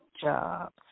jobs